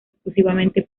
exclusivamente